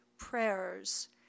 prayers